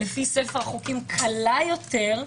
לפי ספר החוקים קלה יותר,